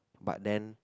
but then